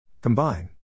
Combine